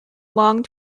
long